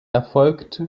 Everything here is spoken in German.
erfolgt